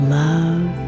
love